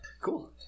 Cool